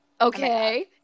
Okay